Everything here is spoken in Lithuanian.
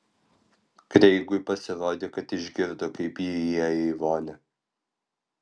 kreigui pasirodė kad išgirdo kaip ji įėjo į vonią